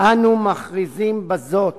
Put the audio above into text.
"אנו מכריזים בזאת